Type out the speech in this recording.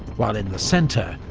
while in the centre,